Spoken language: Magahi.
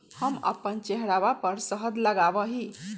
हम अपन चेहरवा पर शहद लगावा ही